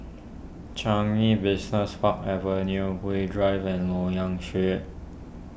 Changi Business Park Avenue Gul Drive and Loyang Street